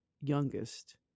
youngest